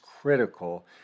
critical